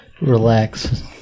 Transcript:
relax